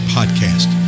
Podcast